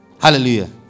Hallelujah